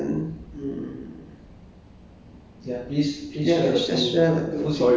maybe I can share like two or three places and then um